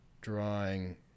drawing